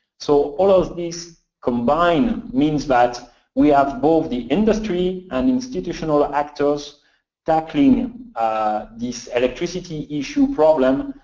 so all of this combined means that we have both the industry and institutional actors tackling this electricity issue problem,